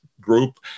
group